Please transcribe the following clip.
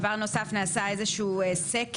דבר נוסף נעשה איזה שהוא סקר,